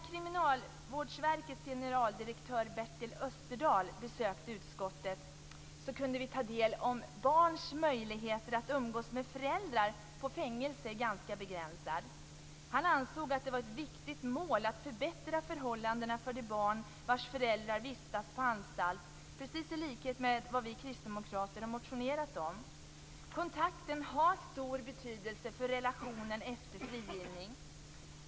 Österdahl besökte utskottet kunde vi ta del av information om att barns möjligheter att umgås med föräldrar på fängelse är ganska begränsade. Han ansåg att det var ett viktigt mål att förbättra förhållandena för de barn vars föräldrar vistas på anstalt, i likhet med vad vi kristdemokrater motionerat om. Kontakten har stor betydelse för relationen efter frigivning.